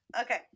Okay